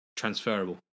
transferable